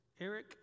Eric